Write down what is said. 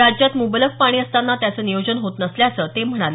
राज्यात मुलबक पाणी असताना त्याचं नियोजन होत नसल्याचं ते म्हणाले